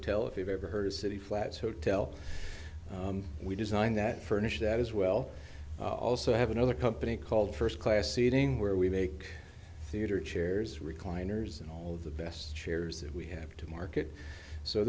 hotel if you've ever heard of city flats hotel we designed that furnished as well also have another company called first class seating where we make theater chairs recliners and all of the best chairs that we have to market so